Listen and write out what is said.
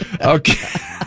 Okay